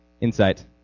insight